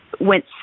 went